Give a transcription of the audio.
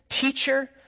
teacher